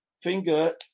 Finger